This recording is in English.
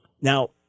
Now